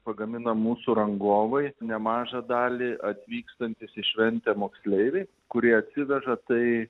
pagamina mūsų rangovai nemažą dalį atvykstantys į šventę moksleiviai kurie atsiveža tai